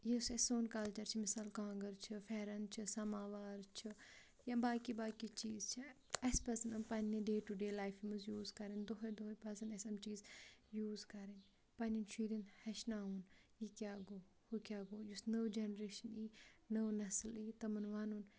یُس اَسہِ سون کَلچَر چھِ مِثال کانٛگٕر چھِ پھٮ۪رَن چھِ سماوار چھِ یا باقی باقی چیٖز چھِ اَسہِ پَزَن یِم پنٛنہِ ڈے ٹُہ ڈے لایِفہِ منٛز یوٗز کَرٕمنۍ دۄہے دۄہے پَزَن اَسہِ یِم چیٖز یوز کَرٕنۍ پنٛںٮ۪ن شُرٮ۪ن ہیٚچھناوُن یہِ کیٛاہ گوٚو ہُہ کیٛاہ گوٚو یُس نٔو جَنریشَن یی نٔو نَسٕل یی تٕمَن وَنو